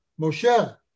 Moshe